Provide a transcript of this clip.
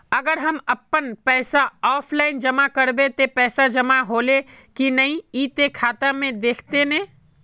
अगर हम अपन पैसा ऑफलाइन जमा करबे ते पैसा जमा होले की नय इ ते खाता में दिखते ने?